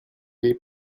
les